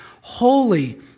holy